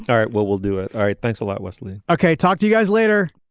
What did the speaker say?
all right well we'll do it. all right. thanks a lot leslie. okay talk to you guys later